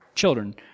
children